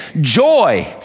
joy